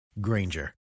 Granger